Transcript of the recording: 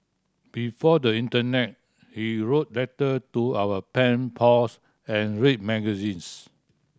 before the internet we wrote letter to our pen pals and read magazines